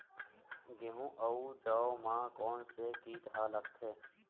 गेहूं अउ जौ मा कोन से कीट हा लगथे?